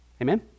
Amen